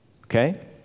Okay